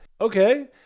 okay